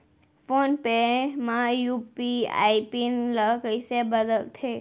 Phone पे म UPI PIN ल कइसे बदलथे?